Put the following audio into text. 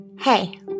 Hey